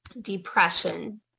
depression